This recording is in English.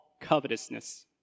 covetousness